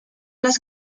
las